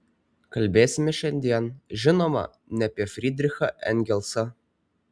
kalbėsime šiandien žinoma ne apie frydrichą engelsą